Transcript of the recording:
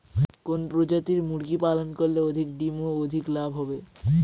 কোন প্রজাতির মুরগি পালন করলে অধিক ডিম ও অধিক লাভ হবে?